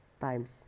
times